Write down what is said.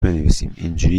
بنویسم، اینجوری